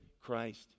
Christ